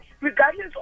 regardless